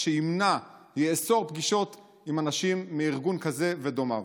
שימנע ויאסור פגישות עם אנשים מארגון כזה ודומיו.